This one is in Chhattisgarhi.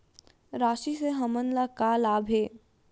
राशि से हमन ला का लाभ हे?